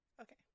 Okay